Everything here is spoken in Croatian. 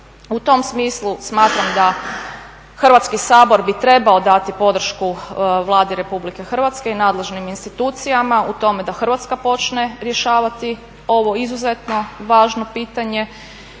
U tom smislu smatram da Hrvatski sabor bi trebao dati podršku Vladi Republike Hrvatske i nadležnim institucijama u tome da Hrvatska počne rješavati ovo izuzetno važno pitanje